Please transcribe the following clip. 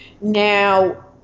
Now